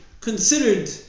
considered